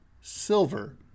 silver